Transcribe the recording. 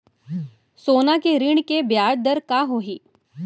सोना के ऋण के ब्याज दर का होही?